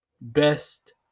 best